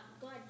God